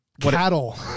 cattle